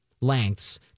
lengths